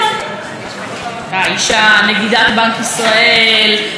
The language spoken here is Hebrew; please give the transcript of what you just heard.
אישה בראש רשות שוק ההון,